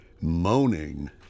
moaning